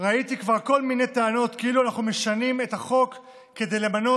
ראיתי כבר כל מיני טענות כאילו אנחנו משנים את החוק כדי למנות